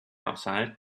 outside